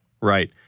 Right